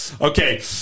Okay